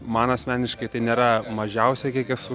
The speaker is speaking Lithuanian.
man asmeniškai tai nėra mažiausiai kiek esu